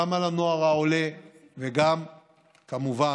גם על הנוער העולה וגם כמובן